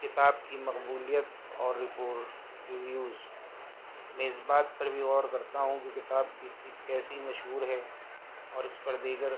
کتاب کی مقبولیت اور رپور ریویوز میں اس بات پر بھی غور کرتا ہوں کہ کتاب کی کسی کیسی مشہور ہے اور اس پر دیگر